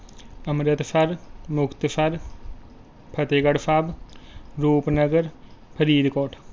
Amritsar Muktsar Fatehgarh Sahib Rupnagar Faridkot